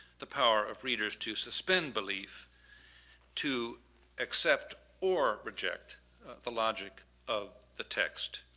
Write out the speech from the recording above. the power of readers to suspend belief to accept or reject the logic of the text.